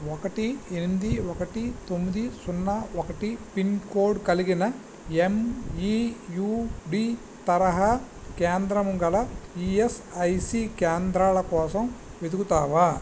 ఒకటి ఎనిమిది ఒకటి తొమ్మిది సున్నా ఒకటి పిన్ కోడ్ కలిగిన ఎమ్ఈయూడి తరహా కేంద్రం గల ఈఎస్ఐసి కేంద్రాల కోసం వెతుకుతావా